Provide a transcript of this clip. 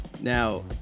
Now